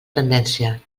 tendència